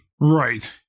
Right